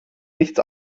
nichts